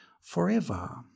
forever